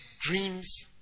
dreams